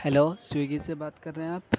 hello Swiggy سے بات کر رہے ہیں آپ